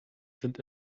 sind